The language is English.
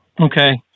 Okay